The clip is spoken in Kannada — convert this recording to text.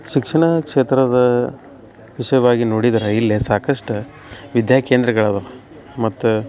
ಶಿಕ್ಷಣ ಕ್ಷೇತ್ರದ ವಿಷಯವಾಗಿ ನೋಡಿದ್ರೆ ಇಲ್ಲಿ ಸಾಕಷ್ಟು ವಿದ್ಯಾಕೇಂದ್ರಗಳವೆ ಮತ್ತು